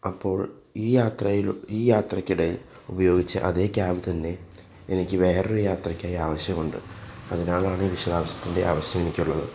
അപ്പോൾ ഈ യാത്രയ്ക്കിടെ ഉപയോഗിച്ച അതേ ക്യാബ് തന്നെ എനിക്ക് വേറൊരു യാത്രയ്ക്കായി ആവശ്യമുണ്ട് അതിനാലാണ് ഈ വിശദാംശത്തിൻ്റെ ആവശ്യം എനിക്കുള്ളത്